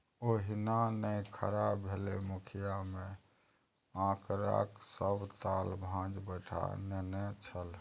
ओहिना नै खड़ा भेलै मुखिय मे आंकड़ाक सभ ताल भांज बैठा नेने छल